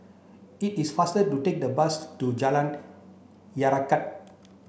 it is faster to take the bus to Jalan